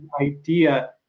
idea